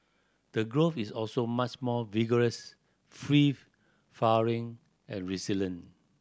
the growth is also much more vigorous free flowering and resilient